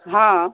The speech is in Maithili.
हँ